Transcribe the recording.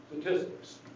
statistics